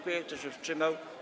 Kto się wstrzymał?